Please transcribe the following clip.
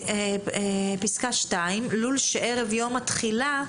פסקה (2): "לול שערב יום התחילה,